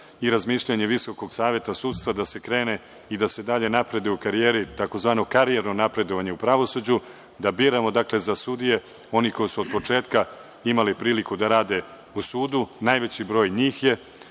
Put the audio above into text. i razmišljanje Visokog saveta sudstva da se krene i da se dalje napreduje u karijeri, tzv. karijerno napredovanje u pravosuđu, da biramo, dakle, za sudije one koji su od početka imali priliku da rade u sudu. Najveći broj njih je